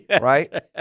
Right